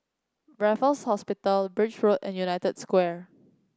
Raffles Hospital Birch Road and United Square